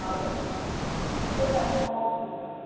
हजुर त्यही त म आउँछु